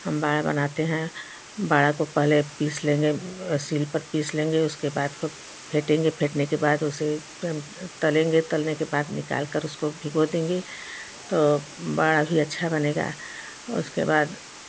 हम वड़ा बनाते हैं वड़ा को पहले पीस लेंगे सील पर पीस लेंगे उसके बाद खूब फेटेंगे फेटने के बाद उसे फिर हम तलेंगे तलने के बाद निकाल कर उसको भिगो देंगे तो वड़ा भी अच्छा बनेगा और उसके बाद